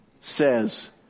says